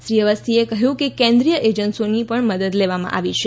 શ્રી અવસ્થીએ કહ્યું કેન્દ્રિય એજન્સીઓની મદદ પણ લેવામાં આવી છે